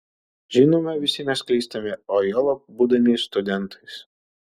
žinoma visi mes klystame o juolab būdami studentais